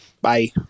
Bye